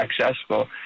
accessible